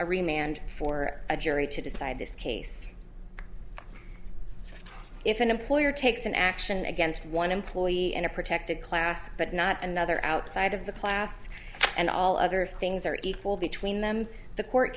remain and for a jury to decide this case if an employer takes an action against one employee in a protected class but not another outside of the class and all other things are equal between them the court